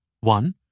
One